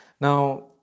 Now